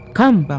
come